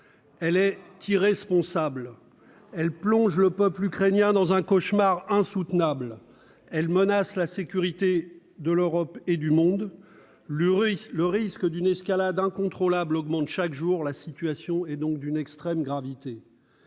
elle est irresponsable, elle plonge le peuple ukrainien dans un cauchemar insoutenable, elle menace la sécurité de l'Europe et du monde. Le risque d'une escalade incontrôlable augmente chaque jour. La situation est donc d'une extrême gravité.